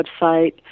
website